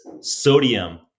sodium